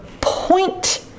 point